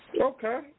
Okay